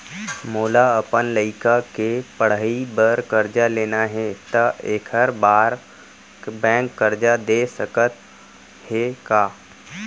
मोला अपन लइका के पढ़ई बर करजा लेना हे, त एखर बार बैंक करजा दे सकत हे का?